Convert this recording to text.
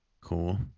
cool